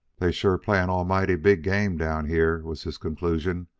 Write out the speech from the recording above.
they sure play an almighty big game down here, was his conclusion,